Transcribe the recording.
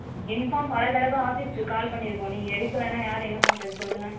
inform பல தடவை ஆஃபீஸ்க்கு கால் பண்ணிருக்கோம் நீங்கள் எடுக்கலைனா யாரு என்ன பண்ணுறது சொல்லுங்கள்